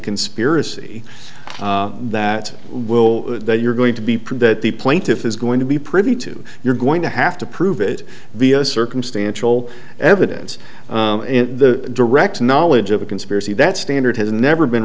conspiracy that will they you're going to be proud that the plaintiffs is going to be privy to you're going to have to prove it via circumstantial evidence in the direct knowledge of a conspiracy that standard has never been